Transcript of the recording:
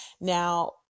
now